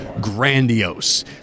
grandiose